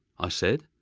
i said,